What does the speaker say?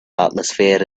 atmosphere